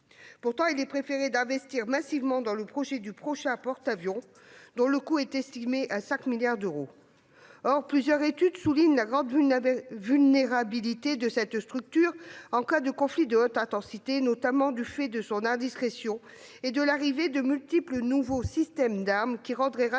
Pourtant, notre pays a choisi d'investir massivement dans le projet du prochain porte-avions, dont le coût est estimé à 5 milliards d'euros. Or plusieurs études soulignent la grande vulnérabilité de cette structure en cas de conflit de haute intensité, notamment du fait de son indiscrétion et de l'arrivée de multiples nouveaux systèmes d'armes qui rendraient rapidement